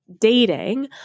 dating